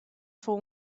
voor